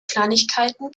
kleinigkeiten